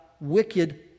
wicked